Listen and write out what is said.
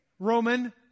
Roman